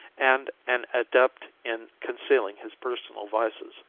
and an adept in concealing his personal vices.